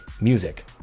music